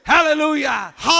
Hallelujah